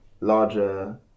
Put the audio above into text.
larger